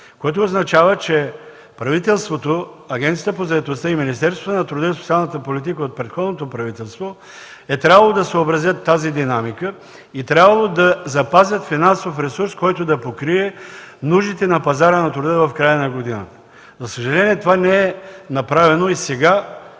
Което означава, че правителството, Агенцията по заетостта и Министерството на труда и социалната политика от предходното правителство е трябвало да съобразят тази динамика и да запазят финансовия ресурс, който да покрие нуждите на пазара на труда в края на годината. За съжаление това не е направено и сега